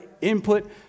input